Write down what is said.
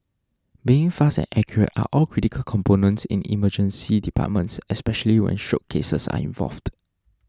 being fast and accurate are all critical components in Emergency Departments especially when stroke cases are involved